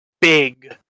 big